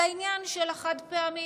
על עניין החד-פעמי.